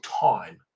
time